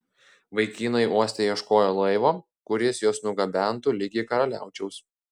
vaikinai uoste ieškojo laivo kuris juos nugabentų ligi karaliaučiaus